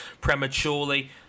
prematurely